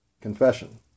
confession